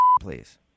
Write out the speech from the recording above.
please